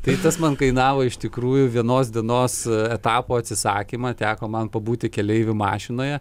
tai tas man kainavo iš tikrųjų vienos dienos etapo atsisakymą teko man pabūti keleivių mašinoje